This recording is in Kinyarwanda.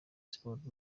sports